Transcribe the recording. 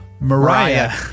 Mariah